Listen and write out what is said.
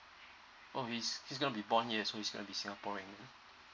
oh he he's gonna be born here so yes he's gonna be singaporean